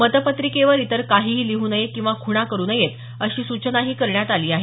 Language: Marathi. मतपत्रिकेवर इतर काहीही लिहू नये किंवा खूणा करू नयेत अशी सूचनाही करण्यात आली आहे